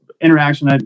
interaction